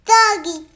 Doggy